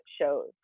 shows